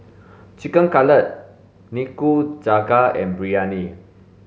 Chicken Cutlet Nikujaga and Biryani